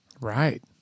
Right